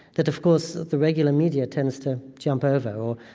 that of course, the regular media tends to jump over,